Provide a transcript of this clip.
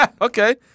Okay